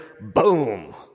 boom